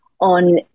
on